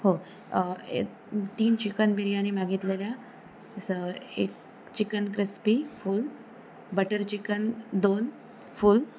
हो ए तीन चिकन बिर्याणी मागितलेल्या स एक chicken crispy full butter chicken दोन फूल